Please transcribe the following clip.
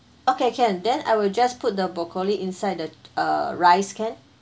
okay can then I will just put the broccoli inside the uh rice can